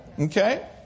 Okay